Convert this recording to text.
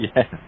Yes